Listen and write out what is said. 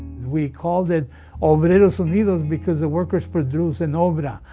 we called it obreros unidos because the workers produce an obra,